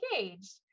engaged